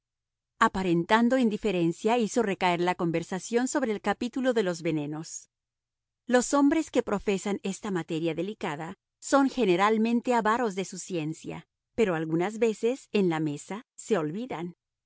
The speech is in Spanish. aparentando indiferencia hizo recaer la conversación sobre el capítulo de los venenos los hombres que profesan esta materia delicada son generalmente avaros de su ciencia pero algunas veces en la mesa se olvidan